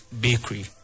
bakery